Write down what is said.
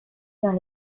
dans